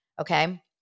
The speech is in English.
Okay